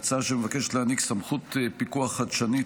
ההצעה מבקשת להעניק סמכות פיקוח חדשנית